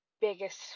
biggest